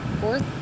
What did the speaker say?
Fourth